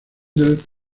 del